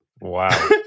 wow